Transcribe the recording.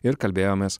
ir kalbėjomės